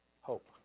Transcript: Hope